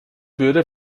würde